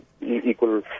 equal